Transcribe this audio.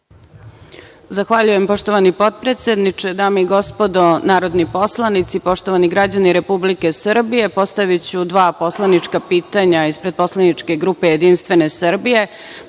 Zahvaljujem poštovani potpredsedniče. Dame i gospodo narodni poslanici, poštovani građani Republike Srbije postaviću dva poslanička pitanja ispred poslaničke grupe JS.Prvo i